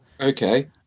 Okay